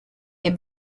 est